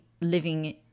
living